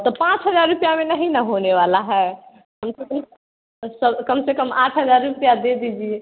तो पाँच हज़ार रुपया में नहीं ना होने वाला है कम से कम आठ सौ कम से कम आठ हज़ार रुपया दे दीजिए